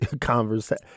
conversation